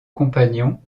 compagnons